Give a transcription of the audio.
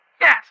Yes